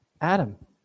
Adam